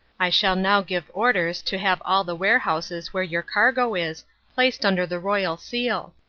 i shall now give orders to have all the warehouses where your cargo is placed under the royal seal,